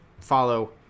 follow